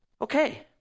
Okay